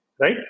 right